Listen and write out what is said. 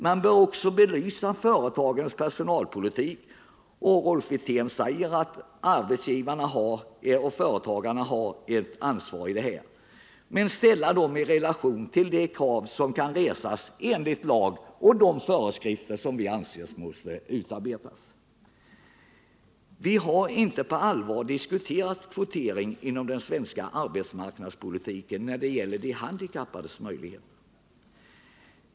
Man bör också belysa företagens personalpolitik — Rolf Wirtén säger att arbetsgivarna och företagarna här har ett ansvar — och ställa den i relation till de krav som kan resas enligt lag och enligt de föreskrifter som vi anser måste utarbetas. Vi har inte på allvar diskuterat kvotering inom den svenska arbetsmarknadspolitiken när det gäller de handikappades möjligheter.